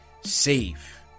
save